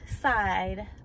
side